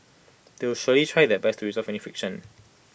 they will surely try their best to resolve any friction